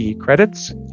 credits